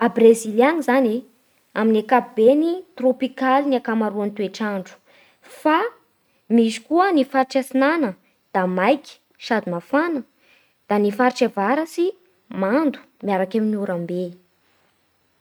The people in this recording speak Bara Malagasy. A Brezila agny zany amin'ny ankapobeny trôpikaly ny toetr'andro fa misy koa ny faritsy antsinana da maiky sady mafana, da ny faritsy avaratsy mando miaraky amin'ny oram-be.